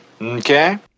Okay